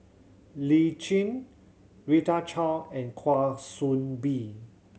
Lee Tjin Rita Chao and Kwa Soon Bee